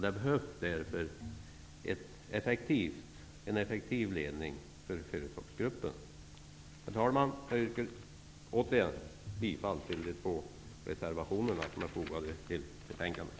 Det behövs därför en effektiv ledning för företagsgruppen. Herr talman! Jag yrkar återigen bifall till de två reservationer som är fogade vid betänkandet.